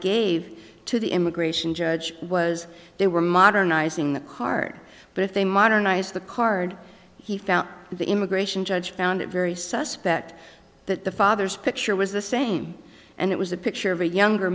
gave to the immigration judge was they were modernizing the card but if they modernized the card he found the immigration judge found it very suspect that the father's picture was the same and it was a picture of a younger